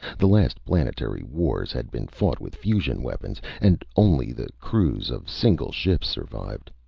the last planetary wars had been fought with fusion weapons, and only the crews of single ships survived.